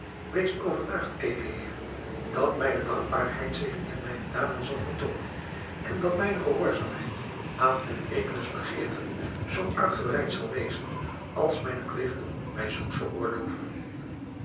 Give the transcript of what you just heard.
wees overtuigd edele heer dat mijne dankbaarheid zich in mijne daden zal vertoonen en dat mijne gehoorzaamheid aan ueds begeerten zoo uitgebreid zal wezen als mijne plichten mij zulks veroorloven